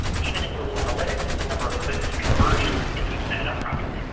even in google analytics the number of clicks to conversion if we've set it up properly.